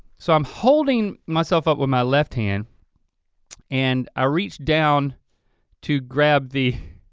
so i'm holding myself up with my left hand and i reach down to grab the,